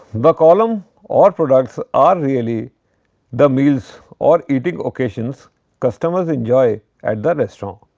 the column or products are really the meals or eating occasions customers enjoy at the restaurant.